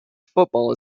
football